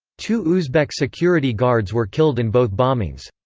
two uzbek security guards were killed in both bombings.